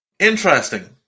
Interesting